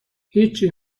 هیچی